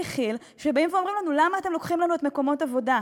כי"ל שבאים ואומרים לנו: למה אתם לוקחים לנו את מקומות העבודה?